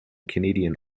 canadian